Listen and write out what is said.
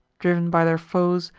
driv'n by their foes,